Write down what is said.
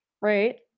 right